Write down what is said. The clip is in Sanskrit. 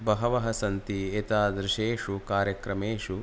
बहवः सन्ति एतादृशेषु कार्यक्रमेषु